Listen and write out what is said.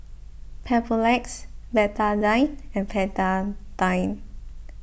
Papulex Betadine and Betadine